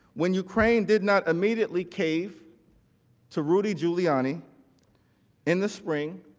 when ukraine did not immediately cave to rudy giuliani in the spring,